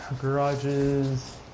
Garages